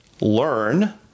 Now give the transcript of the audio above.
learn